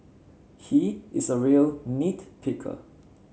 he is a real nit picker